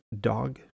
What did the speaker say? dog